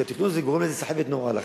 כי התכנון גורם לסחבת נוראית.